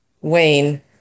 Wayne